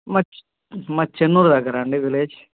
మాది మాది చిన్నూర్ దగ్గరండీ విలేజ్